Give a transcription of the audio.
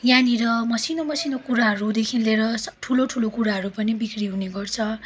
यहाँनिर मसिनो मसिनो कुराहरूदेखि लिएर सब ठुलो ठुलो कुराहरू पनि बिक्री हुने गर्छ